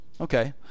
Okay